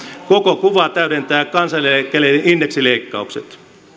koko kuvaa täydentävät kansaneläkkeiden indeksileikkaukset